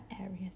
areas